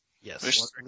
Yes